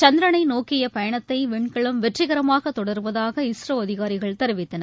சந்திரனைநோக்கியபயணத்தைவிண்கலம் வெற்றிகரமாகதொடருவதாக இஸ்ரோஅதிகாரிகள் தெரிவித்தனர்